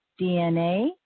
DNA